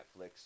Netflix